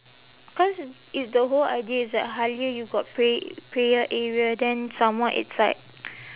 cause if the whole idea is that Halia you got pray prayer area then some more it's like